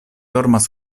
dormas